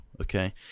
Okay